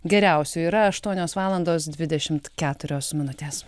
geriausiu yra aštuonios valandos dvidešimt keturios minutes